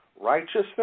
Righteousness